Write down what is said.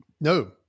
No